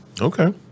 Okay